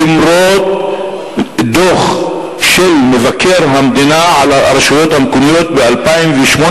למרות דוח של מבקר המדינה על הרשויות המקומיות ל-2008,